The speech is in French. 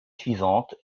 suivante